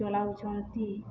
ଚଲାଉଛନ୍ତି